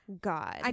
God